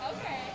Okay